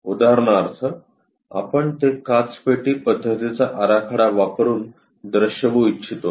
उदाहरणार्थ आपण ते काचपेटी पद्धतीचा आराखडा वापरून दर्शवू इच्छितो